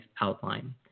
outline